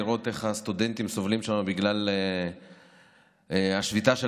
לראות איך הסטודנטים סובלים שם בגלל השביתה של